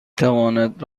تواند